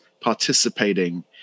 participating